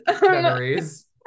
memories